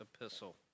epistle